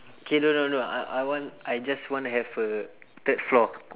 K no no no I I want I just wanna have a third floor